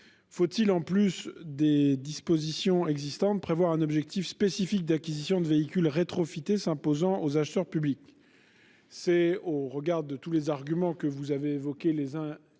Faut-il en plus de ces dispositions prévoir un objectif spécifique d'acquisition de véhicules « rétrofités » pour les acheteurs publics ?